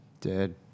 Dead